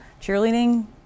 cheerleading